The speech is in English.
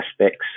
aspects